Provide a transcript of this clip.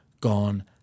gone